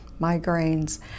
migraines